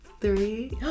three